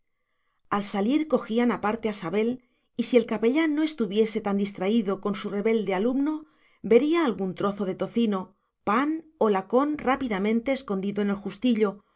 al salir cogían aparte a sabel y si el capellán no estuviese tan distraído con su rebelde alumno vería algún trozo de tocino pan o lacón rápidamente escondido en un justillo